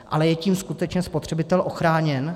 Ale je tím skutečně spotřebitel ochráněn?